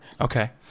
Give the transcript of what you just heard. okay